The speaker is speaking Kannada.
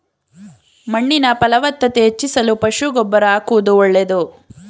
ಮಣ್ಣಿನ ಫಲವತ್ತತೆ ಹೆಚ್ಚಿಸಲು ಪಶು ಗೊಬ್ಬರ ಆಕುವುದು ಒಳ್ಳೆದು